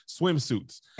swimsuits